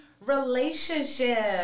relationship